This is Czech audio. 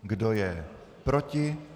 Kdo je proti?